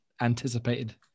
anticipated